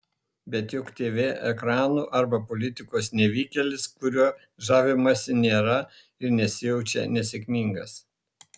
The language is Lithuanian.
bet juk tv ekranų arba politikos nevykėlis kuriuo žavimasi nėra ir nesijaučia nesėkmingas